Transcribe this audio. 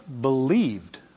believed